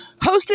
hosted